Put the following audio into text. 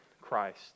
Christ